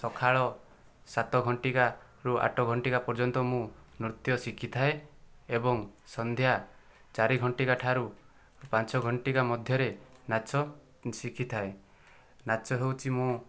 ସକାଳ ସାତ ଘଣ୍ଟିକାରୁ ଆଠ ଘଣ୍ଟିକା ପର୍ଯ୍ୟନ୍ତ ମୁଁ ନୃତ୍ୟ ଶିଖିଥାଏ ଏବଂ ସନ୍ଧ୍ୟା ଚାରି ଘଣ୍ଟିକା ଠାରୁ ପାଞ୍ଚ ଘଣ୍ଟିକା ମଧ୍ୟରେ ନାଚ ଶିଖିଥାଏ ନାଚ ହେଉଛି ମୁଁ